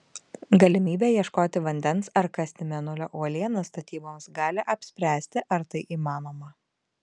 galimybė ieškoti vandens ar kasti mėnulio uolienas statyboms gali apspręsti ar tai įmanoma